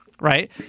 Right